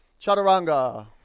chaturanga